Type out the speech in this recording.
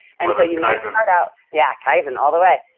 and so you must start out. yeah kaizen all the way.